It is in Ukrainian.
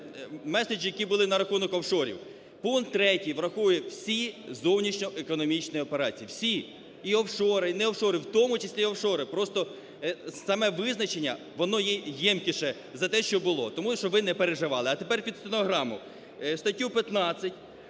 меседжі, який був на рахунок офшорів. Пункт третій врахує всі зовнішньоекономічні операції, всі – і офшори, і не офшори, в тому числі офшори. Просто саме визначення воно є ємкіше за те, що було. Тому, щоб ви не переживали. А тепер під стенограму.